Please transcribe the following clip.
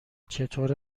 چطوره